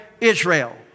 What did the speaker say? israel